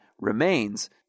remains